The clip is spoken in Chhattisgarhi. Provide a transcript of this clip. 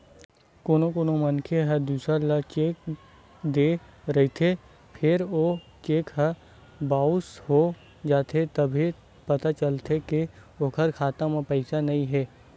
कोनो कोनो मनखे ह दूसर ल चेक दे रहिथे फेर ओ चेक ह बाउंस हो जाथे तभे पता चलथे के ओखर खाता म पइसा नइ हे